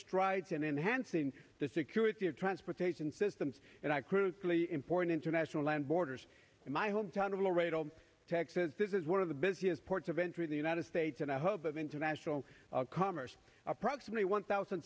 strides in enhancing the security of transportation systems and i critically important international land borders in my hometown of laredo texas this is one of the busiest ports of entry in the united states and i hope of international commerce approximately one thousand